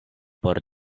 por